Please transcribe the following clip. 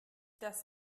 das